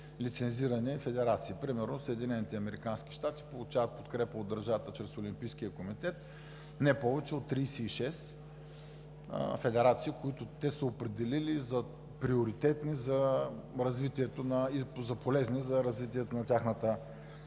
лицензирани федерации – примерно в САЩ получават подкрепа от държавата чрез Олимпийския комитет не повече от 36 федерации, които те са определили за приоритетни и полезни за развитието на тяхната